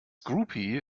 groupie